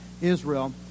Israel